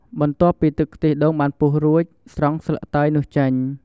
បន្ទាប់ពីទឹកខ្ទិះដូងបានពុះរួច ស្រង់ស្លឹកតើយនោះចេញ។